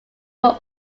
were